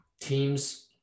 teams